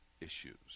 issues